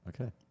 Okay